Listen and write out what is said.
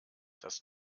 das